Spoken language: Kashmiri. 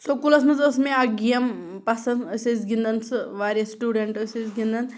سکوٗلَس منٛز ٲس مےٚ اَکھ گیم پَسنٛد أسۍ ٲسۍ گِنٛدان سُہ واریاہ سٹوٗڈَنٛٹ ٲسۍ أسۍ گِنٛدان